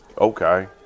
Okay